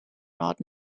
not